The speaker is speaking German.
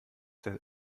der